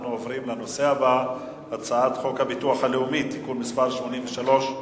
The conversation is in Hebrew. אנחנו עוברים לנושא הבא: הצעת חוק הביטוח הלאומי (תיקון מס' 83,